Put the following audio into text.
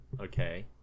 Okay